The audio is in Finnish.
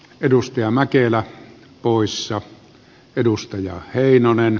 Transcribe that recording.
edustaja mäkelä luissa edustaja heinonen